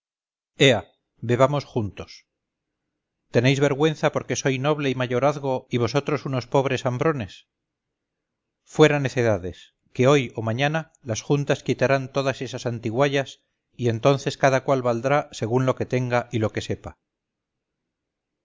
vosotros ea bebamos juntos tenéis vergüenza porque soy noble y mayorazgo y vosotros unos pobres hambrones fuera necedades que hoy o mañana las juntas quitarán todas esas antiguallas y entonces cada cual valdrá según lo que tenga y lo que sepa